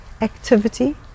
activity